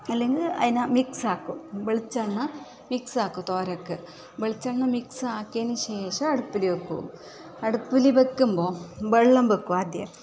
അല്ലേൽ അതിനെ മിക്സ് ആക്കും വെളിച്ചെണ്ണ മിക്സ് ആക്കും തോരക്ക് വെളിച്ചെണ്ണ മിക്സാക്കിയതിന് ശേഷം അടുപ്പില് വെക്കും അടുപ്പില് വെക്കുമ്പോൾ വെള്ളം വെക്കും ആദ്യം